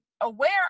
aware